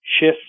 shift